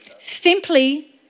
Simply